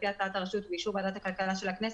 לפי הצעת הרשות ובאישור ועדת הכלכלה של הכנסת,